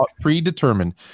predetermined